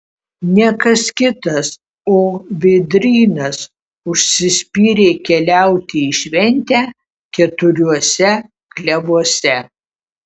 ne kas kitas o vėdrynas užsispyrė keliauti į šventę keturiuose klevuose